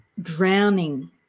drowning